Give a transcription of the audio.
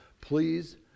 Please